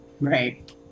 right